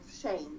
shame